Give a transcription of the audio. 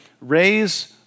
raise